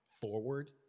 forward